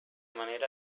manera